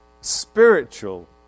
Spiritual